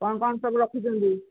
କ'ଣ କ'ଣ ସବୁ ରଖିଛନ୍ତି